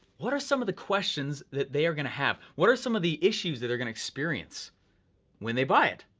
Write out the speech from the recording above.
what are some of the questions that they are gonna have? what are some of the issues that they're gonna experience when they buy it?